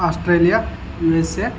Australia ussr